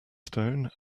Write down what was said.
stone